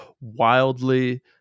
wildly